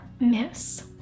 miss